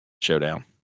showdown